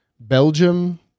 belgium